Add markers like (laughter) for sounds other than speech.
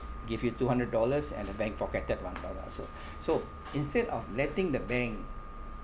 give you two hundred dollars and the bank pocketed one thousand also (breath) so instead of letting the bank